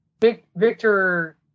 Victor